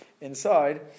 inside